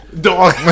dog